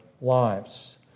lives